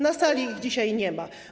Na sali ich dzisiaj nie ma.